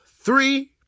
three